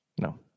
No